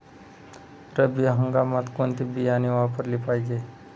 रब्बी हंगामात कोणते बियाणे वापरले पाहिजे?